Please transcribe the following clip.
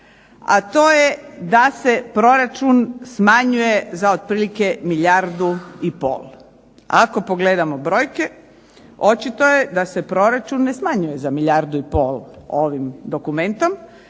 a to je da se proračun smanjuje za otprilike milijardu i pol. Ako pogledamo brojke očito je da se proračun ne smanjuje za milijardu i pol ovim dokumentom,